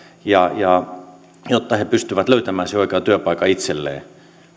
jotta he pystyvät löytämään sen oikean työpaikan itselleen minusta